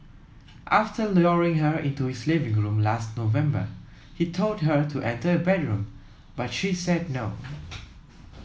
after luring her into his living room last November he told her to enter a bedroom but she said no